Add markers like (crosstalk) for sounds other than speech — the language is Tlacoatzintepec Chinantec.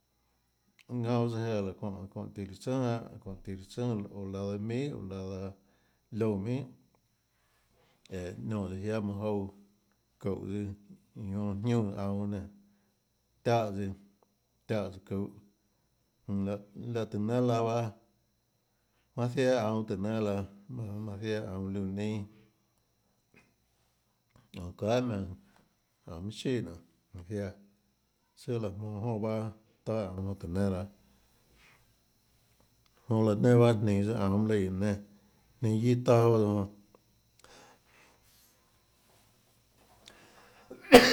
Ðanã bahã tsøã jéã çónhã çónhã tíã líã tsønà lahâ çónhã tíã líã tsønà oã laã daã minhà oã laã liónã minhà õå niónã tsøã jiáâ mønã jouã çúhå tsøã iã jonã jiúnã aunå nénå tiáhå tsøã çuhå jmm láhå tùhå nénâ laã bahâ manã ziaã aunå tùhå nénâ laãmanø ziaã aunã liónã neinâ (noise) aunå çahà jmaùnã aunå minhà chíhà nionê manã ziaã søâ laã jmonå jonã bahâ taâ aunå jonã tùhå nénâ laã jonã laã nenã bahâ jninås tsøã aunå mønâ lùã guióå nénâ jninå guiâ taâ bahâ tsøã jonã. (noise)